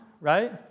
right